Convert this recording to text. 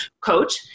coach